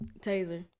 taser